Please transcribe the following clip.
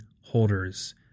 holders